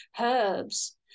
herbs